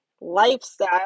lifestyle